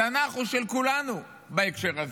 התנ"ך הוא של כולנו בהקשר הזה.